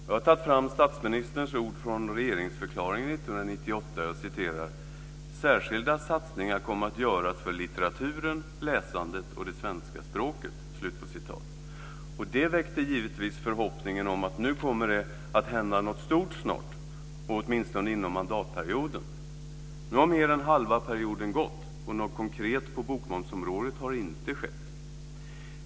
Jag har tagit fram statsministerns ord från regeringsförklaringen 1998: "Särskilda satsningar kommer att göras för litteraturen, läsandet och det svenska språket." Det väckte givetvis förhoppningen om att det snart skulle att hända något stort, åtminstone inom mandatperioden. Nu har mer än halva perioden gått och något konkret på bokmomsområdet har inte skett.